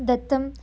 दत्तं